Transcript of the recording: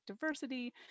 diversity